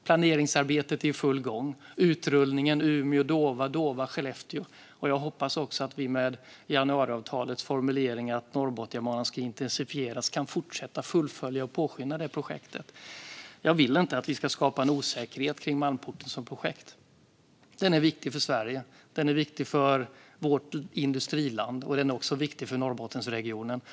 Planeringsarbetet är i full gång för utrullningen Umeå-Dåva och Dåva-Skellefteå. Jag hoppas också att vi, med januariavtalets formulering att planeringen av Norrbotniabanan ska intensifieras, kan fortsätta, påskynda och fullfölja det projektet. Jag vill inte att vi ska skapa en osäkerhet kring Malmporten som projekt. Den är viktig för Sverige. Den är viktig för vårt industriland, och den är också viktig för Norrbottensregionen.